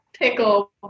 pickle